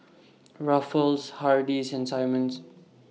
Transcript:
Ruffles Hardy's and Simmons